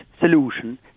solution